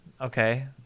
okay